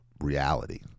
reality